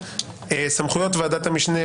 סמכויות ועדת המשנה,